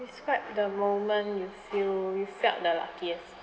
describe the moment you feel you felt the luckiest